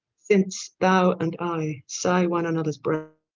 since thou and i sigh one anothers breath,